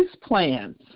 plans